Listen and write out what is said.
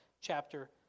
chapter